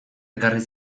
ekarri